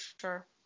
sure